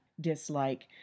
dislike